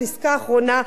פסקה אחרונה,